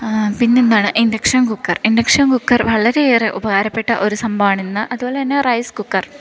പിന്നെന്താണ് induction cooker induction cooker വളരെയേറെ ഉപകാരപ്പെട്ട ഒരു സംഭവാണിന്ന് അതുപോലന്നെ റൈസ് കുക്കർ